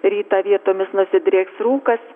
rytą vietomis nusidrieks rūkas